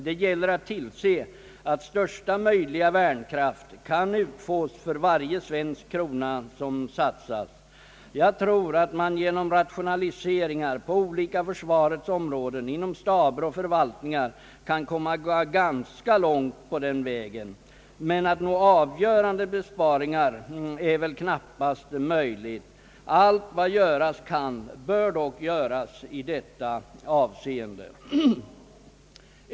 Det gäller att tillse att största möjliga värnkraft kan utfås för varje svensk krona som satsas. Jag tror att man genom rationaliseringar på försvarets olika områden — inom staber och förvaltningar — kan komma ganska långt på den vägen. Men att nå avgörande besparingar är väl knappast möjligt. Allt vad göras kan bör dock göras i detta avseende.